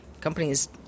Companies